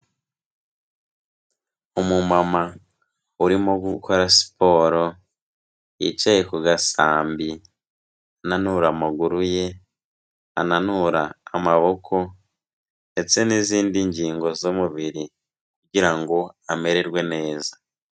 Umumama urimo gukora siporo, yicaye ku gasambi, ananura amaguru ye, ananura amaboko ndetse n'izindi ngingo z'umubiri kugira ngo amererwe neza.